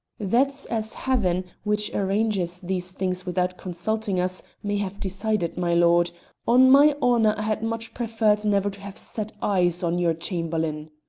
that's as heaven, which arranges these things without consulting us, may have decided, my lord on my honour, i had much preferred never to have set eyes on your chamberlain.